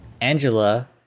Angela